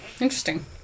Interesting